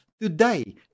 today